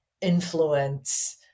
influence